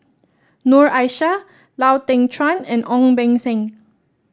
Noor Aishah Lau Teng Chuan and Ong Beng Seng